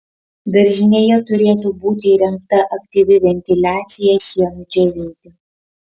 daržinėje turėtų būti įrengta aktyvi ventiliacija šienui džiovinti